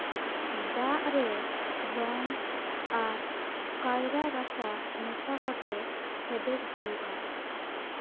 ᱫᱟᱜ ᱨᱮ ᱨᱚᱝ ᱟᱨ ᱠᱟᱭᱨᱟ ᱨᱟᱥᱟ ᱢᱮᱥᱟ ᱠᱟᱛᱮᱫ ᱦᱮᱰᱮᱡ ᱦᱩᱭᱩᱜᱼᱟ